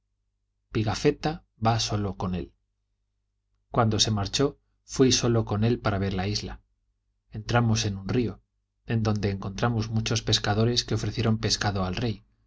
pigafetta va solo con él cuando se marchó fui solo con él para ver la isla entramos en un río en donde encontramos muchos pescadores que ofrecieron pescado al rey